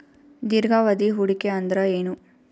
ದೀರ್ಘಾವಧಿ ಹೂಡಿಕೆ ಅಂದ್ರ ಏನು?